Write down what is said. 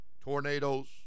tornadoes